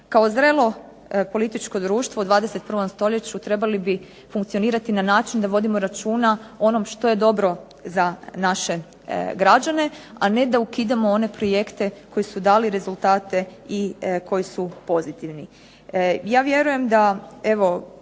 Kao zrelo političko društvo u 21. stoljeću trebali bi funkcionirati na način da vodimo računa o onom što je dobro za naše građane, a ne da ukidamo one projekte koji su dali rezultate i koji su pozitivni.